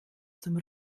zum